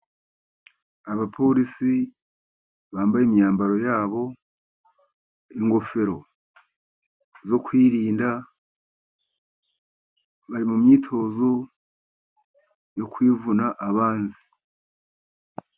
Abaporisi bambaye imyambaro ya bo, ingofero zo kwirinda, bari mu myitozo yo kwivuna abanzi.